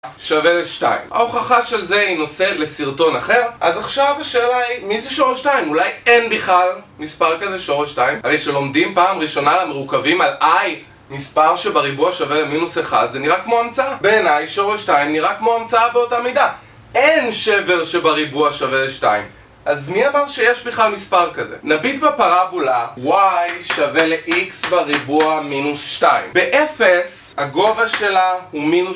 שווה לשתיים. ההוכחה של זה היא נושא לסרטון אחר אז עכשיו השאלה היא מי זה שורש 2? אולי אין בכלל מספר כזה שורש 2? הרי שלומדים פעם ראשונה על מרוכבים על i מספר שבריבוע שווה למינוס 1 זה נראה כמו המצאה. בעיניי שורש 2 נראה כמו המצאה באותה מידה. אין שבר שבריבוע שווה לשתיים אז מי אמר שיש בכלל מספר כזה? נביט בפרבולה y שווה לx בריבוע מינוס 2 באפס הגובה שלה הוא מינוס